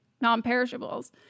non-perishables